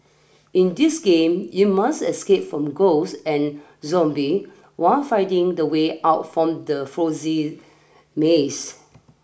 in this game you must escape from ghost and zombie while finding the way out from the fozy maze